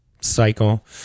cycle